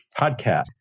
Podcast